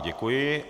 Děkuji.